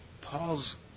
Paul's